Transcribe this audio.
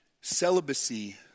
Celibacy